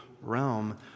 realm